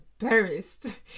embarrassed